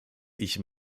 ich